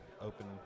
open